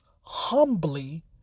humbly